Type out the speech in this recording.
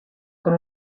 con